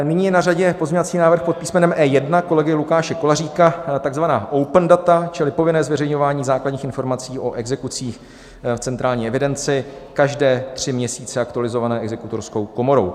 Nyní je na řadě pozměňovací návrh pod písmenem E1 kolegy Lukáše Koláříka, takzvaná open data čili povinné zveřejňování základních informací o exekucích v centrální evidenci, každé tři měsíce aktualizované exekutorskou komorou.